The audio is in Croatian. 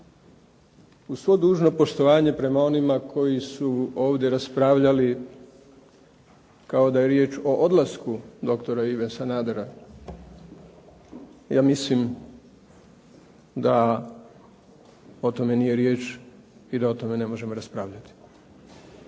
uz svo dužno poštovanje prema onima koji su ovdje raspravljali kao da je riječ o odlasku doktora Ive Sanadera. Ja mislim da o tome nije riječ i da o tome ne možemo raspravljati.